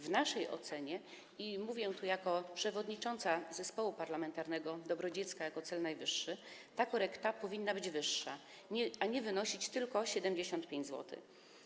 W naszej ocenie - i mówię tu jako przewodnicząca Zespołu Parlamentarnego „Dobro dziecka jako cel najwyższy” - ta korekta powinna być wyższa, a nie wynosić tylko 75 zł.